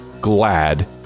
glad